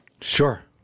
Sure